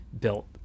built